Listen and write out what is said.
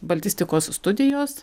baltistikos studijos